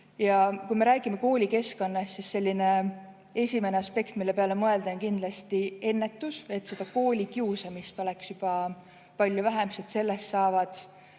Ja kui me räägime koolikeskkonnast, siis esimene aspekt, mille peale mõelda, on kindlasti ennetus, et seda koolikiusamist oleks juba palju vähem, sest sellest saavad